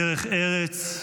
בדרך ארץ,